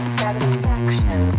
satisfaction